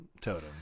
totem